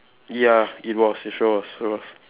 ya it was it was it was